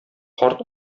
карт